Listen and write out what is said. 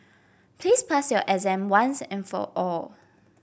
please pass your exam once and for all